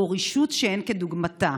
זו רשעות שאין כדוגמתה.